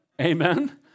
Amen